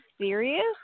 serious